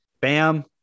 Bam